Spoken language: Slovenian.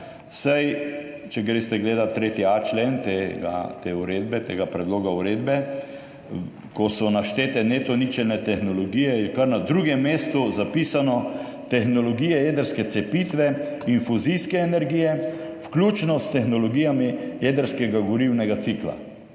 Če pogledate 3.a člen tega predloga uredbe, ko so naštete neto ničelne tehnologije, so na drugem mestu zapisane tehnologije jedrske cepitve, infuzijske energije vključno s tehnologijami jedrskega gorivnega cikla.